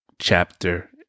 chapter